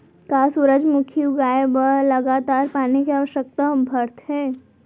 का सूरजमुखी उगाए बर लगातार पानी के आवश्यकता भरथे?